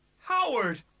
Howard